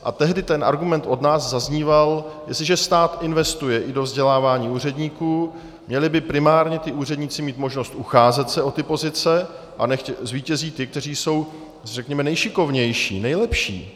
A tehdy ten argument od nás zazníval, jestliže stát investuje i do vzdělávání úředníků, měli by primárně ti úředníci mít možnost ucházet se o ty pozice, a nechť zvítězí ti, kteří jsou řekněme nejšikovnější, nejlepší.